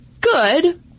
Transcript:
good